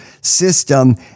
system